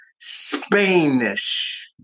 Spanish